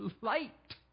light